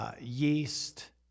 yeast